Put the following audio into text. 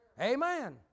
Amen